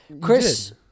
Chris